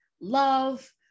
love